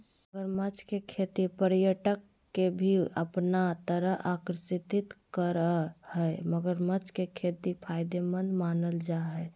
मगरमच्छ के खेती पर्यटक के भी अपना तरफ आकर्षित करअ हई मगरमच्छ के खेती फायदेमंद मानल जा हय